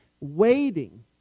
waiting